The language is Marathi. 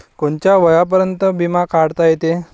कोनच्या वयापर्यंत बिमा काढता येते?